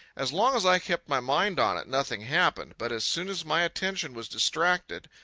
as long as i kept my mind on it, nothing happened. but as soon as my attention was distracted,